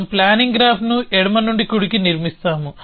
మనం ప్లానింగ్ గ్రాఫ్ను ఎడమ నుండి కుడికి నిర్మిస్తాము